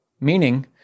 Meaning